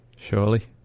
Surely